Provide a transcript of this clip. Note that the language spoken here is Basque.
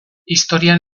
historian